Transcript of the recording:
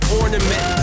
ornament